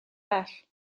bell